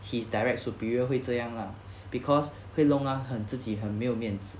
his direct superior 会这样 lah because 会弄到他自己很没有面子